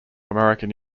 american